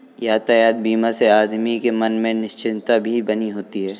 यातायात बीमा से आदमी के मन में निश्चिंतता भी बनी होती है